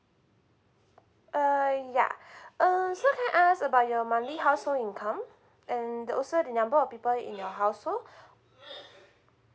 uh yeah uh so can I ask about your monthly household income and also the number of people in your household